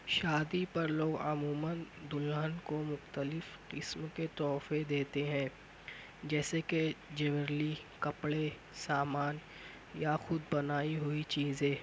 شادی پر لوگ عموماً دلہن کو مختلف قسم کے تحفے دیتے ہیں جیسے کہ جیویلری کپڑے سامان یا خود بنائی ہوئی چیزیں